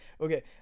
Okay